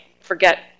forget